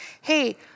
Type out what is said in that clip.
hey